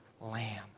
lamb